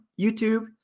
YouTube